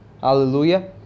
Hallelujah